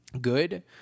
good